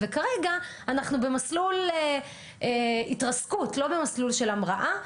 כרגע אנחנו במסלול התרסקות, לא במסלול של המראה.